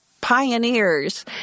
pioneers